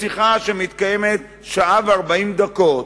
בשיחה שמתקיימת שעה ו-40 דקות,